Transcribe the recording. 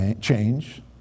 change